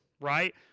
right